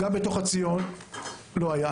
גם בתוך הציון לא היה.